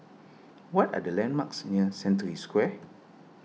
what are the landmarks near Century Square